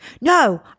no